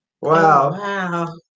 Wow